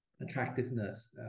attractiveness